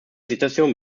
situation